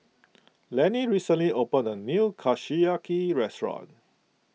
Lenny recently opened a new Kushiyaki restaurant